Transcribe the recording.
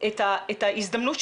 שנה במינימום 2021,